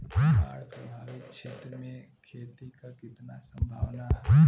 बाढ़ प्रभावित क्षेत्र में खेती क कितना सम्भावना हैं?